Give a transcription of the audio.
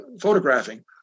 photographing